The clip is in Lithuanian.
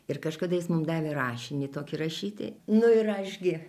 ir kažkada jis mum davė rašinį tokį rašyti nu ir aš gi